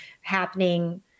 happening